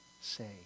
say